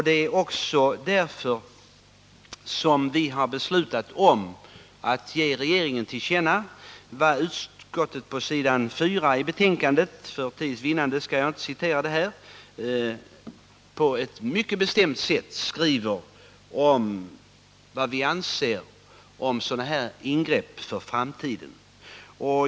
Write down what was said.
Det är också därför vi har beslutat att föreslå riksdagen att ge regeringen till känna vad utskottet på s. 4 i betänkandet — för tids vinnande skall jag inte citera det här — mycket bestämt framhåller om vad vi anser om sådana här ingrepp i framtiden.